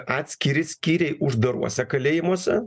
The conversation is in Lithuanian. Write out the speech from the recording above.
atskiri skyriai uždaruose kalėjimuose